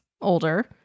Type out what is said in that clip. older